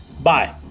Bye